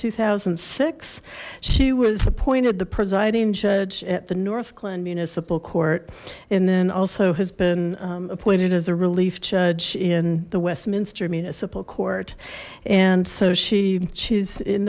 two thousand and six she was appointed the presiding judge at the northglenn municipal court and then also has been appointed as a relief judge in the westminster municipal and so she she's in